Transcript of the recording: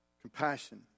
Compassion